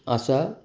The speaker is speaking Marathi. असा